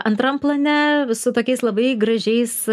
antram plane su tokiais labai gražiais